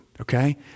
Okay